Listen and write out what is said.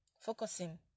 Focusing